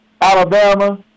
Alabama